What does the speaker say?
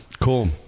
Cool